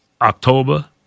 October